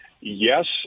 Yes